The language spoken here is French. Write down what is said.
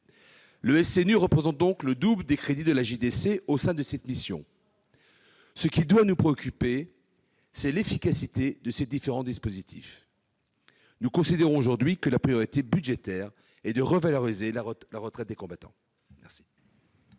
Le SNU représente donc le double des crédits de la JDC au sein de cette mission. Ce qui doit nous préoccuper, c'est l'efficacité des différents dispositifs. Nous considérons aujourd'hui que la priorité budgétaire est de revaloriser la retraite des combattants.